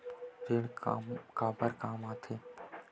ऋण काबर कम आथे?